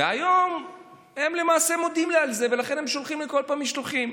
והיום הם למעשה מודים לי על זה ולכן הם שולחים לי כל פעם משלוחים.